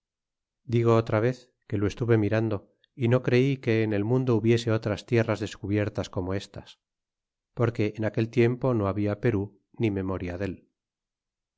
digo otra vez que lo estuve mirando y no creí que en el mundo hubiese otras tierras descubiertas como estas porque en aquel tiempo no habla perú ni memoria dél